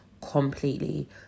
completely